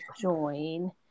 join